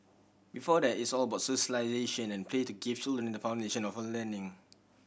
before that it's all about socialisation and play to give children the foundation of learning